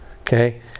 okay